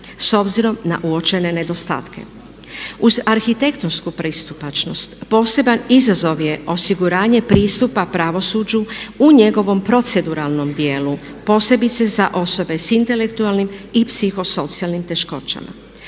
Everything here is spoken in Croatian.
s obzirom na uočene nedostatke. Uz arhitektonsku pristupačnost poseban izazov je osiguranje pristupa pravosuđu u njegovom proceduralnom dijelu posebice za osobe s intelektualnim i psihosocijalnim teškoćama.